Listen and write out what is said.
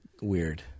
weird